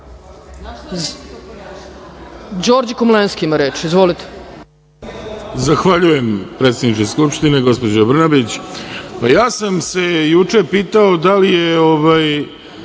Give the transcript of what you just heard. Zahvaljujem, predsedniče Skupštine, gospođo Brnabić. Ja sam se juče pitao da li je